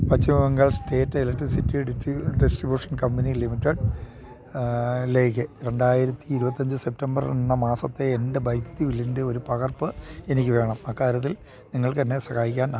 പശ്ചിമ Bengal state electricity distribution company limited ലേക്ക് രണ്ടായിരത്തി ഇരുപത്തിയഞ്ച് സെപ്റ്റംബർ എന്ന മാസത്തെ എൻ്റെ വൈദ്യുതി ബില്ലിൻ്റെ ഒരു പകർപ്പ് എനിക്ക് വേണം അക്കാര്യത്തിൽ നിങ്ങൾക്കെന്നെ സഹായിക്കാനാകുമോ